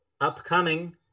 Upcoming